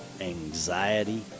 anxiety